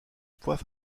poids